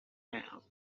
now